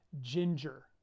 Ginger